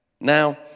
Now